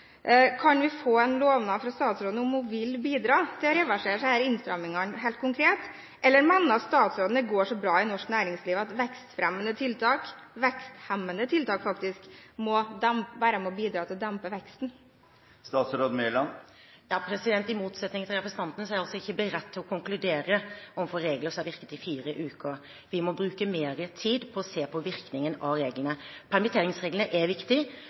Kan vi få en lovnad fra statsråden om at hun vil bidra til å reversere disse innstrammingene helt konkret, eller mener statsråden at det går så bra i norsk næringsliv at vekstfremmende tiltak – eller «veksthemmende tiltak», faktisk – må være med og bidra til å dempe veksten? I motsetning til representanten er jeg altså ikke beredt til å konkludere om regler som har virket i fire uker. Vi må bruke mer tid på å se på virkningen av reglene. Permitteringsreglene er